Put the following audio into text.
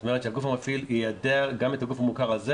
זאת אומרת שהגוף המפעיל יידע גם את הגוף המוכר הזה,